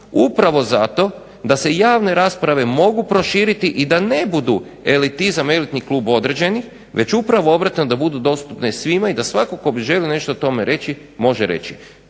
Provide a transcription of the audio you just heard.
upravo zato da se javne rasprave mogu proširiti i da ne budu elitizam, elitni klub određenih, već upravo obratno da budu dostupne svima i da svatko tko bi želio nešto o tome reći može reći.